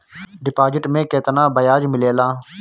Deposit मे केतना बयाज मिलेला?